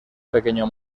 pequeño